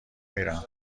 میرم